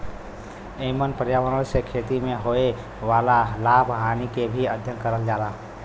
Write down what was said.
एमन पर्यावरण से खेती में होए वाला लाभ हानि के भी अध्ययन करल जाला